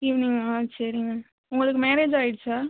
ஈவ்னிங்கா சரிங்க உங்களுக்கு மேரேஜ் ஆகிடுச்சா